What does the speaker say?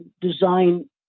design